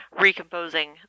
recomposing